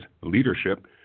Leadership